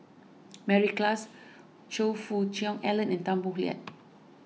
Mary Klass Choe Fook Cheong Alan and Tan Boo Liat